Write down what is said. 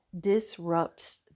disrupts